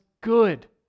good